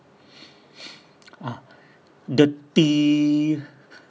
ah dirty